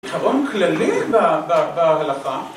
עקרון כללי בהלכה